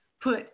put